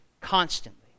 constantly